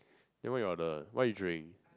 then what you order what you drink